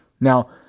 Now